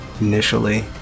initially